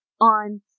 on